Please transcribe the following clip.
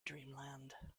dreamland